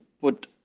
put